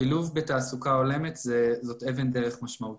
שילוב בתעסוקה הולמת זאת אבן דרך משמעותית.